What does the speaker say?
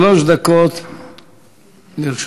שלוש דקות לרשותך.